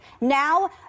Now